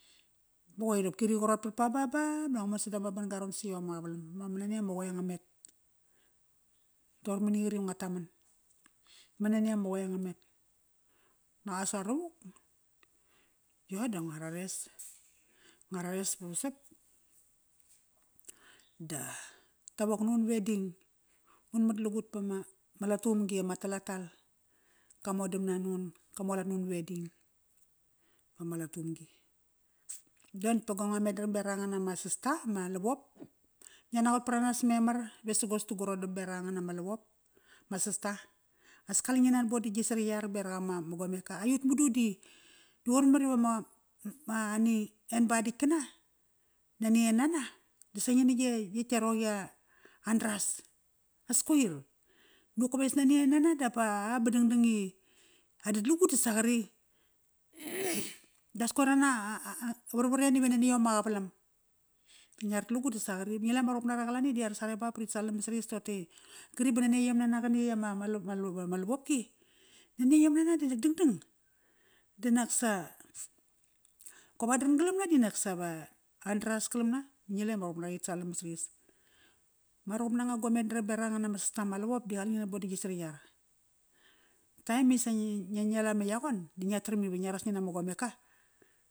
Ba qoir iqopki ri qarotpat ba, ba, ba manak ngo mon sada ma ban-ga ron si yom ama qavalam. Ma manania ma qoe nga met. Toqor mani qri nguataman. Manania ma qoe nga met. Naqas saravuk yo da ngua rares. Ngua rares ba vasat, da, tawok nun wedding. Un matlagut pama ma latumgi ama talatal ka modamna nun. Ka mualat nun wedding, vama latuvamgi. Yo natk pa sunga metnaram beraqangan ama sasta, ma lavup. Ngia naqot paranas memar vesagos ta gu rodam beraqangan ama lavop, ma sasta. As kale ngi nan boda gi sariyar beraq ama ma gomeka. Aiyut madu di, di qoir memar ivama, ma, ani en ba datk kana, nani en nana, disa ngi na gia, yetk gia roqi a, andras. As koir. Nakoves nania en nana dapa, a ba dangdang i adat lagut disa qri. das qoir ana varvar en iva nani yom ma qavalam. Ngia rat lagut disa qri ba ngila i ama ruqup nara qalani di ara sarebap pa rat sal namat sarayas tirote i qri ba nani a yom nana qana yey ama lavopki, nani ayom nana dinak dangdang, di naksa, qop andran galamna dinak sava andras Kalamana. Ba ngila i ama ruqup nara ritsal namat sarayas. Ma ruqup nanga gua metnaram beraqa ngan ama sasta ma lavap di qale ngi nan boda gi sariyar. Time isa ngi, ngi la me yangon, disa ngia taram iva ras ngi na ma gomeka.